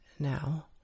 now